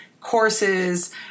courses